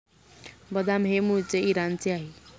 बदाम हे मूळचे इराणचे आहे